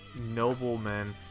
noblemen